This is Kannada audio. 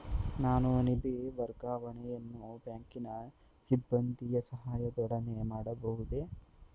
ನಾನು ನಿಧಿ ವರ್ಗಾವಣೆಯನ್ನು ಬ್ಯಾಂಕಿನ ಸಿಬ್ಬಂದಿಯ ಸಹಾಯದೊಡನೆ ಮಾಡಬಹುದೇ?